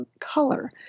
color